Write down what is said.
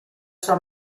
sua